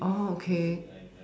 oh okay